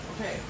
Okay